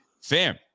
fam